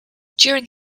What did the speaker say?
during